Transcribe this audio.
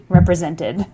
Represented